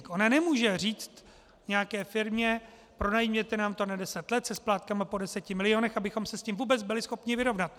Ona nemůže říct nějaké firmě: pronajměte nám to na deset let se splátkami po deseti milionech, abychom se s tím vůbec byli schopni vyrovnat.